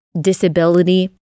disability